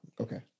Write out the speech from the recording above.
okay